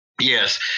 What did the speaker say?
yes